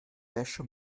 wäsche